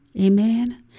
Amen